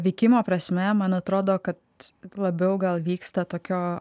veikimo prasme man atrodo kad labiau gal vyksta tokio